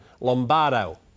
Lombardo